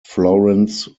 florence